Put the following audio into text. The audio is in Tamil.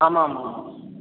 ஆமாம் ஆமாம்